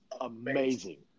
amazing